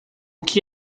que